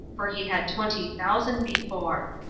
for he had twenty thousand before.